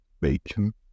bacon